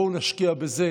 בואו נשקיע בזה.